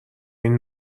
این